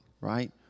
right